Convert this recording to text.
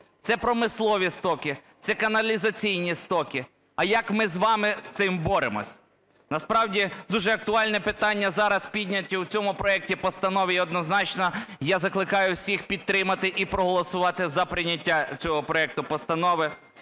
Це промислові стоки, це каналізаційні стоки. А як ми з вами з цим боремось? Насправді, дуже актуальні питання зараз підняті у цьому проекті постанови. І однозначно я закликаю всіх підтримати і проголосувати за прийняття цього проекту постанови.